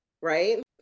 Right